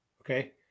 Okay